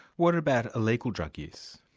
what about illegal drug use?